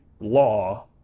law